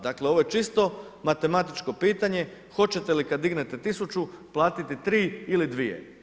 Dakle, ovo je čisto matematičko pitanje hoćete li kad dignete tisuću platiti tri ili dvije.